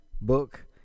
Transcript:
book